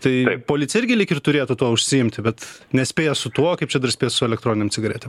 tai policija irgi lyg ir turėtų tuo užsiimti bet nespėja su tuo kaip čia dar spės su elektroninėm cigaretėm